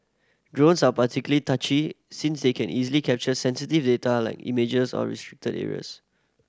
drones are particularly touchy since they can easily capture sensitive data like images of restricted areas